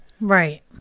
Right